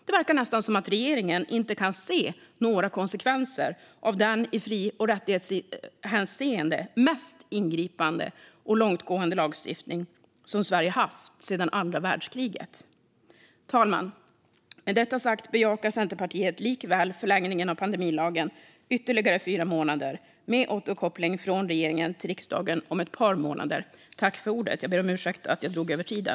Det verkar nästan som att regeringen inte kan se några konsekvenser av den i fri och rättighetshänseende mest ingripande och långtgående lagstiftning som Sverige haft sedan andra världskriget. Fru talman! Med detta sagt bejakar Centerpartiet likväl förlängningen av pandemilagen med ytterligare fyra månader med återkoppling från regeringen till riksdagen om ett par månader. Jag ber om ursäkt för att jag drog över talartiden.